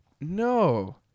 No